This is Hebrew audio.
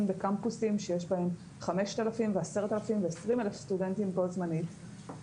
בקמפוסים שיש בהם 5,000 ו-10,000 ו-20,000 סטודנטים בו-זמנית.